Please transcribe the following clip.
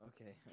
okay